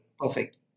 Perfect